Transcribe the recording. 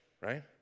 right